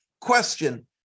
Question